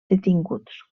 detinguts